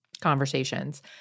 conversations